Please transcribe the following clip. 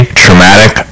traumatic